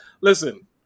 Listen